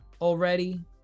already